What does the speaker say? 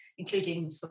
Including